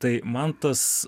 tai man tas